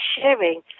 sharing